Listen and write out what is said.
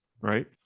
right